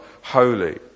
holy